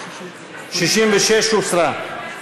66 הוסרה.